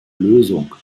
lösung